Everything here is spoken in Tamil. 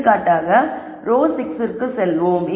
எடுத்துக்காட்டாக ரோ 6 ற்கு செல்வோம்